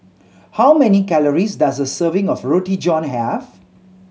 how many calories does a serving of Roti John have